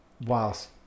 whilst